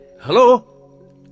Hello